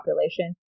population